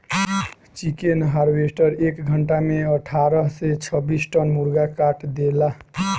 chicken harvester एक घंटा में अठारह से छब्बीस टन मुर्गा काट देला